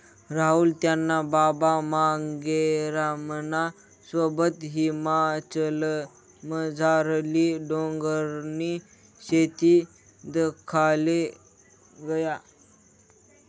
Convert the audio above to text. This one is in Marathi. राहुल त्याना बाबा मांगेरामना सोबत हिमाचलमझारली डोंगरनी शेती दखाले गया